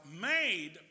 made